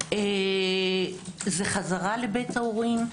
זה חזרה לבית ההורים,